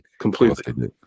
Completely